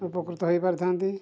ଉପକୃତ ହେଇପାରିଥାନ୍ତି